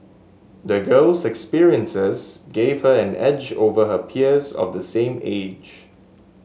the girl's experiences gave her an edge over her peers of the same age